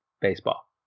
baseball